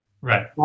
Right